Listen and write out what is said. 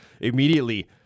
immediately